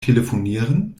telefonieren